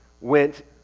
went